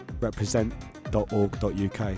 represent.org.uk